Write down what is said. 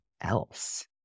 else